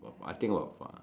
I think about